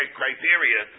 criteria